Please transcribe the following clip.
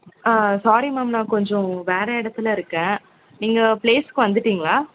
ஆ sorry ma'am நான் கொஞ்சம் வேறு இடத்துல இருக்கேன் நீங்கள் ப்ளேஸ்க்கு வந்துட்டிங்களா